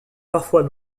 parfois